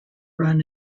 run